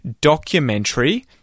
documentary